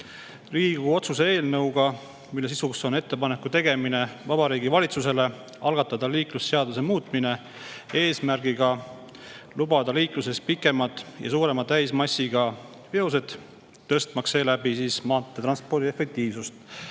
Riigikogu otsuse eelnõuga, mille sisuks on ettepaneku tegemine Vabariigi Valitsusele algatada liiklusseaduse muutmine eesmärgiga lubada liikluses pikemad ja suurema täismassiga veosed, tõstmaks seeläbi maanteetranspordi efektiivsust.